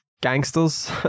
gangsters